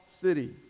city